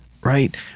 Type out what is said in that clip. Right